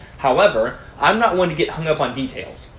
however, i'm not one to get hung up on details.